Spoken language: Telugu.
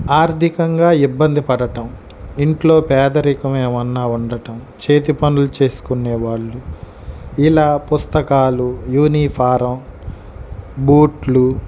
ఆర్థికంగా ఇబ్బంది పడటం ఇంట్లో పేదరికం ఏమన్నా ఉండటం చేతి పనులు చేసుకునే వాళ్ళు ఇలా పుస్తకాలు యూనిఫారం బూట్లు